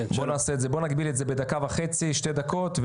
בוא נגביל את זה בדקה וחצי, שתי דקות.